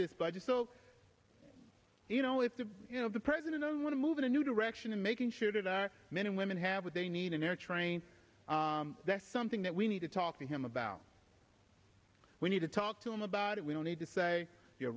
this budget so you know it's a you know the president i'm going to move in a new direction and making sure that our men and women have what they need and they're trained that's something that we need to talk to him about we need to talk to him about it we don't need to say you're